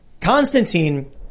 Constantine